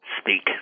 speak